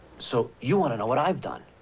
so you want to know what i've done.